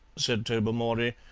said tobermory,